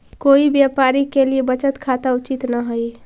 कोई व्यापारी के लिए बचत खाता उचित न हइ